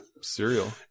Cereal